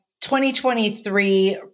2023